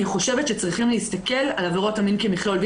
אני חושבת שצריכים להסתכל על עבירות המין כמכלול.